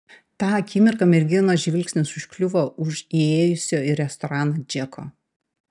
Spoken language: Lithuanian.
tą akimirką merginos žvilgsnis užkliuvo už įėjusio į restoraną džeko